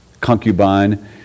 concubine